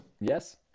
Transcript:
Yes